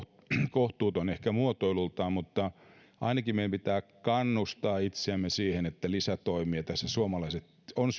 kohtuuton ehkä muotoilultaan mutta ainakin meidän pitää kannustaa itseämme siihen että lisätoimia tässä suomalaisten on